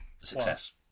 success